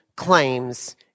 claims